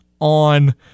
on